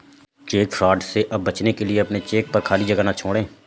check fraud से बचने के लिए अपने चेक पर खाली जगह ना छोड़ें